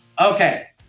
Okay